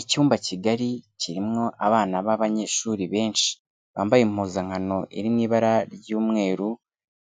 Icyumba kigari kirimo abana b'abanyeshuri benshi, bambaye impuzankano iri mu ibara ry'umweru,